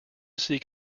seek